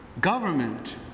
Government